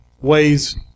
ways